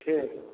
ठीक